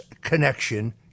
connection